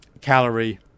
calorie